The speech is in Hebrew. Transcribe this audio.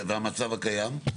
והמצב הקיים?